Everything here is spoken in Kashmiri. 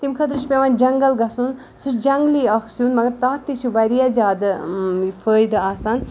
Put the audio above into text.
تَمہِ خٲطرٕ چھُ پیٚوان جنگل گژھُن سُہ جنگلی اکھ سیُن مَگر تَتھ تہِ چھُ واریاہ زیادٕ فٲیدٕ آسان